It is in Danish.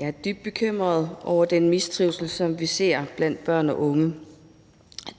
Jeg er dybt bekymret over den mistrivsel, som vi ser blandt børn og unge.